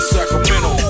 Sacramento